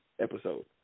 episode